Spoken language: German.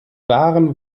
waren